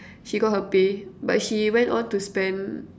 she got her pay but she went on to spend